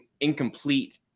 incomplete